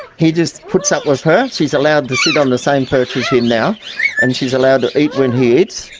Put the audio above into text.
he just puts up with her. she's allowed to sit on the same perch as him now and she's allowed to eat when he eats,